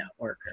networker